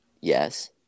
yes